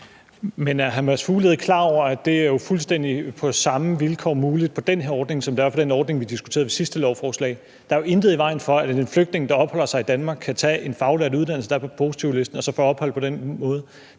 Men er hr. Mads Fuglede klar over, at det jo på fuldstændig samme vilkår er muligt på den her ordning, som det er på den ordning, vi diskuterede ved sidste lovforslag? Der er jo intet i vejen for, at en flygtning, der opholder sig i Danmark, kan tage en faglært uddannelse, der er på positivlisten, og så få ophold på den måde.